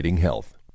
health